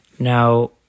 Now